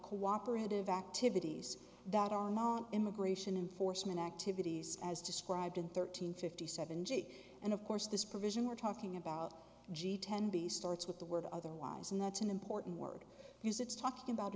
cooperative activities that are not immigration enforcement activities as described in thirteen fifty seven g and of course this provision we're talking about g ten b starts with the word otherwise and that's an important word because it's talking about